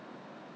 should be